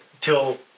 till